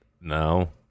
No